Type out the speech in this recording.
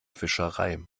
fischerei